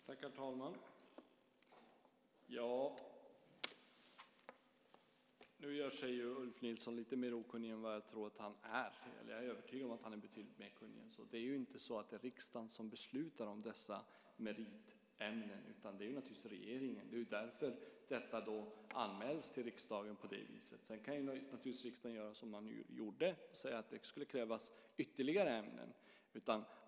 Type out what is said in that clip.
Herr talman! Nu gör sig Ulf Nilsson lite mer okunnig än jag tror att han är. Jag är övertygad om att han är betydligt mer kunnig än så. Det är inte riksdagen som beslutar om dessa meritämnen, utan det är naturligtvis regeringen. Det är därför som detta anmäls till riksdagen på det viset. Sedan kan riksdagen naturligtvis göra som den gjorde och säga att det ska krävas ytterligare ämnen.